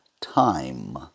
time